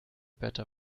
better